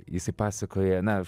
jisai pasakoja na